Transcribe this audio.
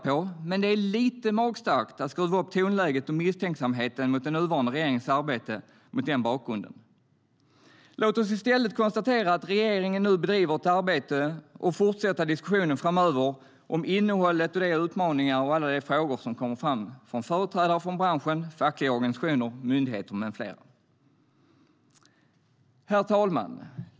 Men det är mot den bakgrunden lite magstarkt att skruva upp tonläget och misstänksamheten mot den nuvarande regeringens arbete. Herr talman!